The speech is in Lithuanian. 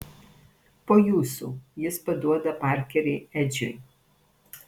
po jūsų jis paduoda parkerį edžiui